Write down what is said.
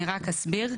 אני אסביר.